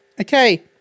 Okay